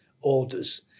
orders